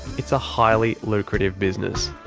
it's a highly lucrative business.